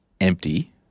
empty